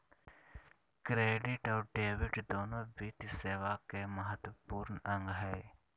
credit और debit दोनो वित्तीय सेवा के महत्त्वपूर्ण अंग हय